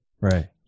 right